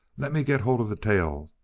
let me get hold of the tail.